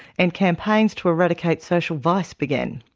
and campaigns to eradicate social vice began.